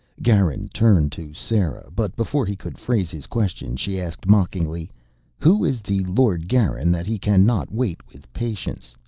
garin turned to sera, but before he could phrase his question, she asked mockingly who is the lord garin that he can not wait with patience?